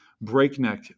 breakneck